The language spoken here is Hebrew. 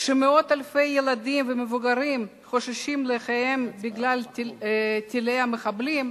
כשמאות אלפי ילדים ומבוגרים חוששים לחייהם בגלל טילי המחבלים,